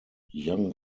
young